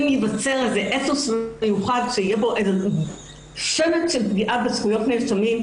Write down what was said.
אם ייווצר איזה אתוס מיוחד שיהיה בו שמץ של פגיעה בזכויות נאשמים,